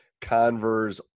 Converse